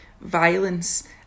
violence